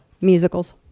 musicals